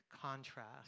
contrast